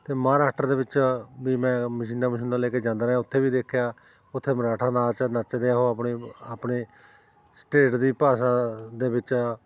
ਅਤੇ ਮਹਾਰਾਸ਼ਟਰ ਦੇ ਵਿੱਚ ਵੀ ਮੈਂ ਮਸ਼ੀਨਾਂ ਮਸ਼ੂਨਾਂ ਲੈ ਕੇ ਜਾਂਦਾ ਰਿਹਾ ਉੱਥੇ ਵੀ ਦੇਖਿਆ ਉੱਥੇ ਮਰਾਠਾ ਨਾਚ ਨੱਚਦੇ ਆ ਉਹ ਆਪਣੀ ਆਪਣੇ ਸਟੇਟ ਦੀ ਭਾਸ਼ਾ ਦੇ ਵਿੱਚ